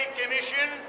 Commission